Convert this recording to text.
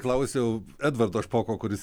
klausiau edvardo špoko kuris